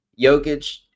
Jokic